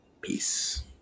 Peace